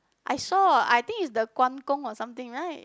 I saw I think is the guan-gong or something right